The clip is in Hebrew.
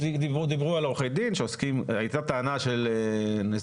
דיברו על עורכי דין והייתה טענה של נציג